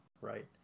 right